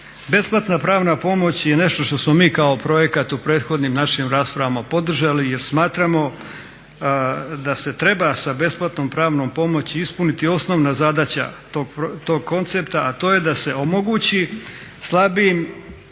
Besplatna pravna pomoć je nešto što smo mi kao projekat u prethodnim našim raspravama podržali jer smatramo da se treba sa besplatnom pravnom pomoći ispuniti osnovna zadaća tog koncepta, a to je da se omogući slabijim